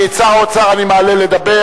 כי את שר האוצר אני מעלה לדבר,